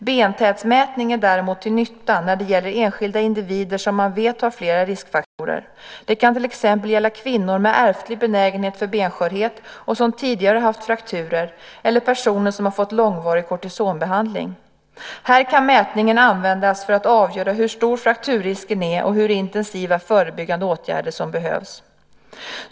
Bentäthetsmätning är däremot till nytta när det gäller enskilda individer som man vet har flera riskfaktorer. Det kan till exempel gälla kvinnor med ärftlig benägenhet för benskörhet och som tidigare har haft frakturer eller personer som har fått långvarig kortisonbehandling. Här kan mätningen användas för att avgöra hur stor frakturrisken är och hur intensiva förebyggande åtgärder som behövs.